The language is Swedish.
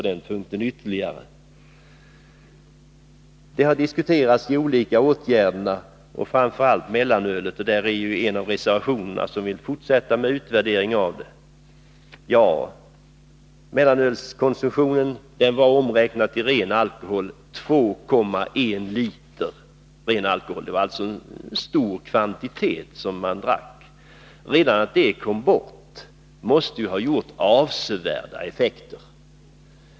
De olika åtgärder som vidtagits har diskuterats, bl.a. mellanölets avskaffande, och i en av reservationerna vill man fortsätta utvärderingen av mellanölsförbudet. Mellanölskonsumtionen, omräknad i ren alkohol, uppgick till 2,1 liter per person och år. Det var alltså en stor kvantitet. Redan att det kom bort måste ha medfört avsevärda effekter.